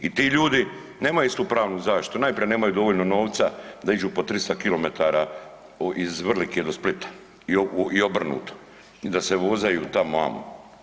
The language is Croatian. I ti ljudi nemaju istu pravnu zaštitu, najprije nemaju dovoljno novca da iđu po 300 km iz Vrlike do Splita i obrnuto i da se vozaju tamo amo.